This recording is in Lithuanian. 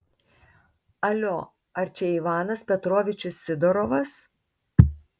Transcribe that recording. alio ar čia ivanas petrovičius sidorovas